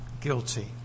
guilty